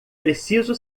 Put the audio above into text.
preciso